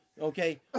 Okay